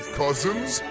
cousins